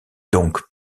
donc